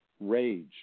Rage